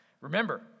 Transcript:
Remember